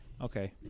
Okay